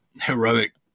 heroic